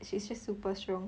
she's just super strong